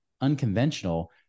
unconventional